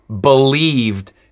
believed